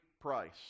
price